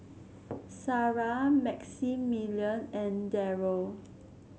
Sarrah Maximilian and Darryl